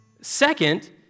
Second